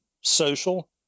social